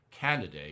candidate